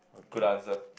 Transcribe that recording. good answer